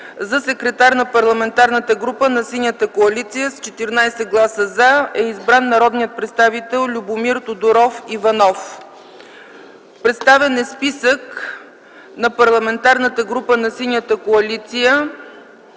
за секретар на Парламентарната група на Синята коалиция с 14 гласа „за” е избран народният представител Любомир Тодоров Иванов. Представен е списък на Парламентарната група на Синята коалиция